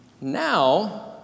Now